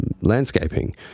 landscaping